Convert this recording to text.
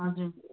हजुर